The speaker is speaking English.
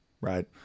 right